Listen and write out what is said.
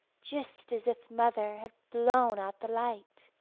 just as if mother had blown out the light!